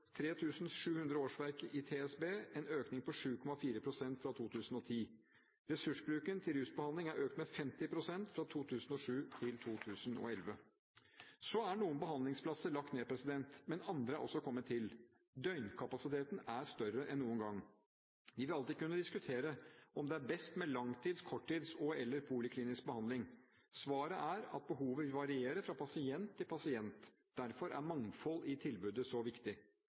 700 årsverk i TSB, en økning på 7,4 pst. fra 2010. Ressursbruken til rusbehandling er økt med 50 pst. fra 2007 til 2011. Så er noen behandlingsplasser lagt ned, men andre er også kommet til. Døgnkapasiteten er større enn noen gang. Vi vil alltid kunne diskutere om det er best med langtids-, korttids- og/eller poliklinisk behandling. Svaret er at behovet vil variere fra pasient til pasient. Derfor er mangfold i tilbudet så viktig.